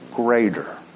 greater